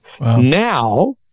Now